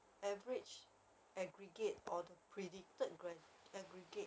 your result out in